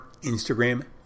Instagram